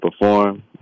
perform